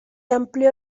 amplió